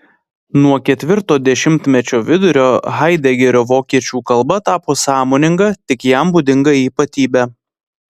nuo ketvirto dešimtmečio vidurio haidegerio vokiečių kalba tapo sąmoninga tik jam būdinga ypatybe